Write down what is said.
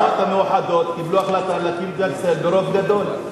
האומות המאוחדות קיבלו החלטה להקים את מדינת ישראל ברוב גדול.